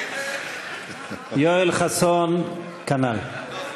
יואל חסון, כנ"ל.